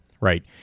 right